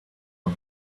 for